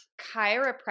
Chiropractic